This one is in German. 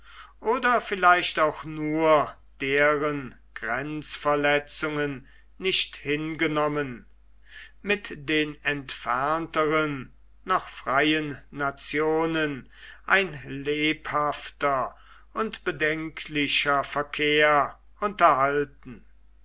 oder vielleicht auch nur deren grenzverletzungen nicht hingenommen mit den entfernteren noch freien nationen ein lebhafter und bedenklicher verkehr unterhalten